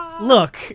look